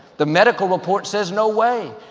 the medical report says, no way.